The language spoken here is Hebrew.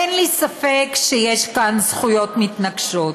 אין לי ספק שיש כאן זכויות מתנגשות.